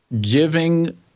giving